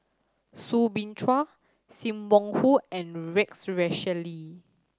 Soo Bin Chua Sim Wong Hoo and Rex Shelley